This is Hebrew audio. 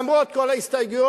למרות כל ההסתייגויות,